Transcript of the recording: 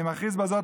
אני מכריז בזאת,